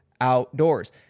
outdoors